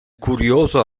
curioso